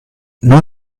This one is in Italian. non